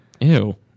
Ew